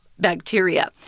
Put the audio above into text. bacteria